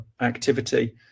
activity